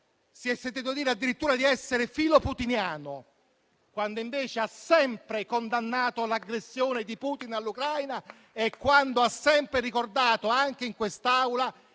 Si è sentito dire addirittura di essere filoputiniano, quando invece ha sempre condannato l'aggressione di Putin all'Ucraina, ricordando sempre, anche in quest'Aula,